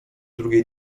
drugiej